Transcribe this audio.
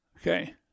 Okay